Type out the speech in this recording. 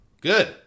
Good